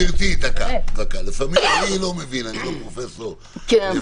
לפעמים, אם